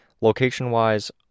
Location-wise